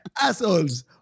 Assholes